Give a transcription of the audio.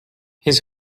his